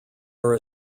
are